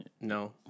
no